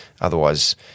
otherwise